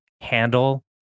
handle